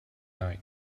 night